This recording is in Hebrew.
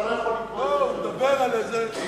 אתה לא יכול, לא, הוא מדבר על איזה,